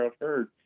heard